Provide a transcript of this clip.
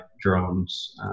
drones